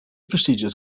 procedures